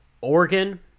Oregon